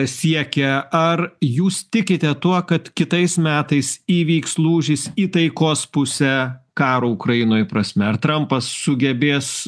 siekia ar jūs tikite tuo kad kitais metais įvyks lūžis į taikos pusę karo ukrainoj prasme ar trampas sugebės